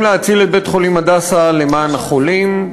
להציל את בית-חולים "הדסה" למען החולים,